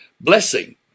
blessing